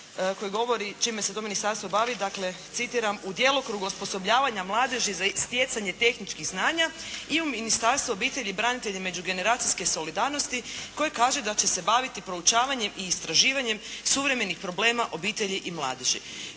koje govori čime se to ministarstvo bavi, dakle citiram: "U djelokrugu osposobljavanja mladeži za stjecanje tehničkih znanja." i u Ministarstvu obitelji, branitelja i međugeneracijske solidarnosti koji kaže da će se baviti proučavanjem i istraživanjem suvremenih problema obitelji i mladeži.